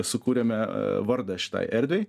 sukūrėme vardą šitai erdvei